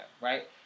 right